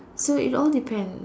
so it all depend